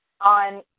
on